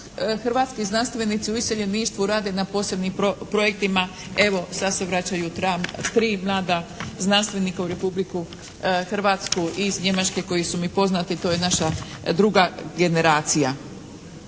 hrvatski znanstvenici u iseljeništvu rade na posebnijim projektima. Evo sad se vraćaju tri mlada znanstvenika u Republiku Hrvatsku i iz Njemačke koji su mi poznati to je naša druga generacija.